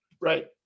right